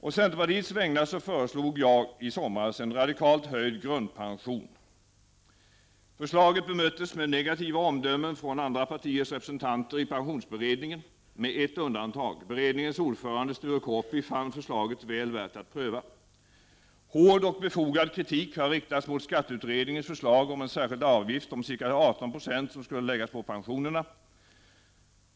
Å centerpartiets vägnar föreslog jag i somras en radikal höjning av grundpensionen. Förslaget bemöttes med negativa omdömen från andra partiers representanter i pensionsberedningen, med ett undantag. Beredningens ordförande Sture Korpi fann förslaget väl värt att pröva. Hård och befogad kritik har riktats mot skatteutredningens förslag om en särskild avgift om ca 18 96 som skulle läggas på pensionerna.